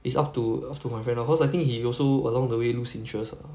it's up to up to my friend lor cause I think he also along the way lose interest ah